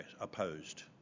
opposed